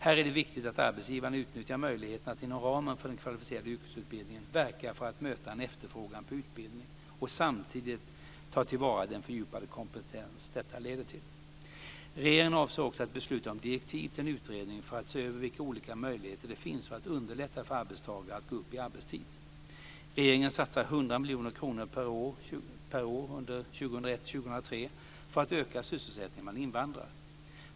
Här är det viktigt att arbetsgivarna utnyttjar möjligheterna att inom ramen för den kvalificerade yrkesutbildningen verka för att möta en efterfrågan på utbildning och samtidigt ta till vara den fördjupade kompetens detta leder till. Regeringen avser också att besluta om direktiv till en utredning för att se över vilka olika möjligheter det finns för att underlätta för arbetstagare att gå upp i arbetstid. Regeringen satsar 100 miljoner kronor per år under 2001-2003 för att öka sysselsättningen bland invandrare.